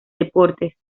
deportes